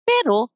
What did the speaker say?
Pero